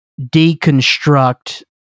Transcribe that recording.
deconstruct